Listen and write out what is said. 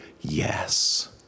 yes